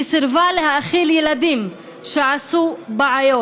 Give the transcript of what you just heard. היא סירבה להאכיל ילדים שעשו בעיות.